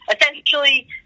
essentially